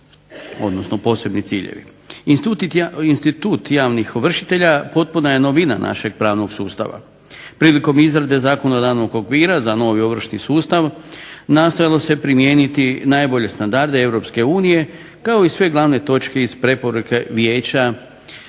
određeni postupci. Institut javnih ovršitelja potpuna je novina našeg pravnog sustava. Prilikom izrade zakona ranog okvira za novi ovršni sustav nastojalo se primijeniti najbolje standarde EU kao i sve glavne točke iz preporuke Vijeća